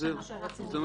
זה מה שאנחנו רוצים.